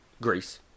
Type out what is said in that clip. Greece